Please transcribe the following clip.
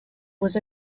was